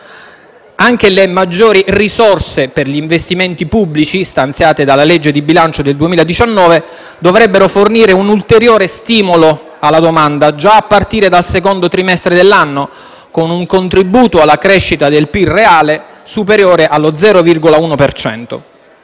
Anche le maggiori risorse per gli investimenti pubblici, stanziate dalla legge di bilancio 2019, dovrebbero fornire un ulteriore stimolo alla domanda già a partire dal secondo trimestre dell'anno, con un contributo alla crescita del PIL reale superiore allo 0,1